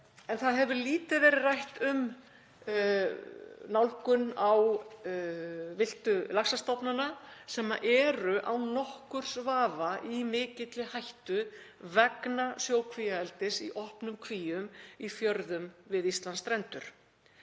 En það hefur lítið verið rætt um nálgun á villtu laxastofnana sem eru án nokkurs vafa í mikilli hættu vegna sjókvíaeldis í opnum kvíum í fjörðum við Íslandsstrendur.